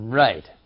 right